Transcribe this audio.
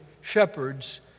shepherds